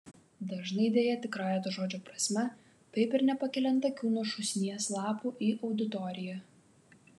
dažnai deja tikrąja to žodžio prasme taip ir nepakeliant akių nuo šūsnies lapų į auditoriją